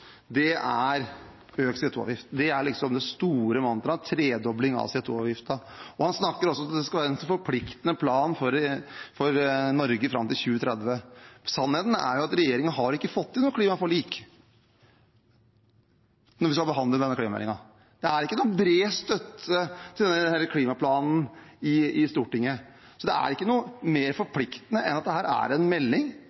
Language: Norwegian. Det er økt CO 2 -avgift. Det er liksom det store mantraet – en tredobling av CO 2 -avgiften. Han snakker også om at det skal være en forpliktende plan for Norge fram til 2030. Sannheten er at regjeringen ikke har fått til noe klimaforlik ved behandlingen av denne klimameldingen. Det er ikke noe bred støtte til denne klimaplanen i Stortinget. Det er ikke noe mer